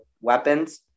weapons